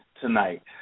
tonight